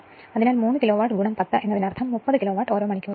അതിനാൽ 3 കിലോവാട്ട് 10 എന്നതിനർത്ഥം 30 കിലോവാട്ട് മണിക്കൂർ ആയിരിക്കും